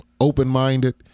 open-minded